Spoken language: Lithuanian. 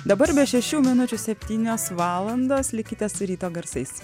dabar be šešių minučių septynios valandos likite su ryto garsais